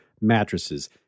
Mattresses